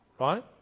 Right